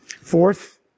Fourth